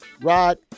Rod